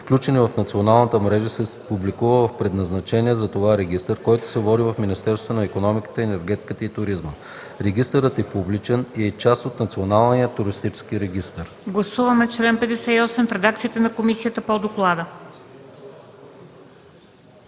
включени в националната мрежа, се публикува в предназначения за това регистър, който се води в Министерството на икономиката, енергетиката и туризма. Регистърът е публичен и е част от Националния туристически регистър. ПРЕДСЕДАТЕЛ МЕНДА СТОЯНОВА: Гласуваме чл. 58 в редакцията на комисията по доклада.